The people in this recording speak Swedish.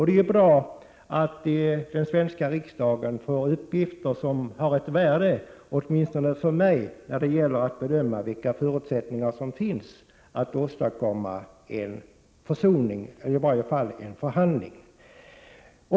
Det är ju bra att den svenska riksdagen får sådana uppgifter, som åtminstone för mig är av värde när det gäller att bedöma vilka förutsättningar som finns att få till stånd en försoning eller i varje fall en förhandling.